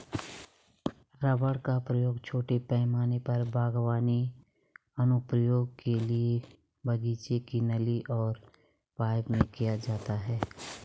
rubber का उपयोग छोटे पैमाने पर बागवानी अनुप्रयोगों के लिए बगीचे की नली और पाइप में किया जाता है